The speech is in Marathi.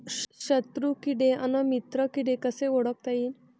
शत्रु किडे अन मित्र किडे कसे ओळखता येईन?